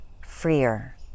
freer